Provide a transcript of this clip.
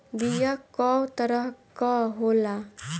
बीया कव तरह क होला?